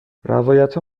روایتها